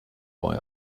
boy